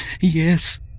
Yes